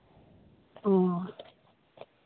ᱚᱸᱻ